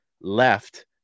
left